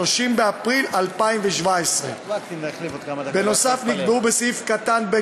30 באפריל 2017. נוסף על כך נקבעו בסעיף קטן (ב2)